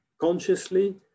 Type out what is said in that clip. consciously